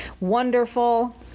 wonderful